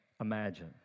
imagine